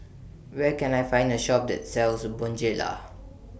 Where Can I Find A Shop that sells Bonjela